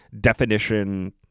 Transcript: definition